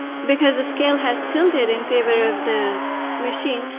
because the scale has tilted in favor of the machine,